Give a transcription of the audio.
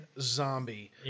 zombie